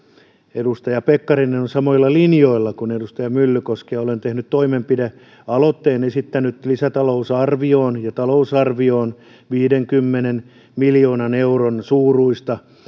edustaja pekkarinen on samoilla linjoilla kuin edustaja myllykoski olen tehnyt toimenpidealoitteen esittänyt lisätalousarvioon ja talousarvioon viidenkymmenen miljoonan euron suuruista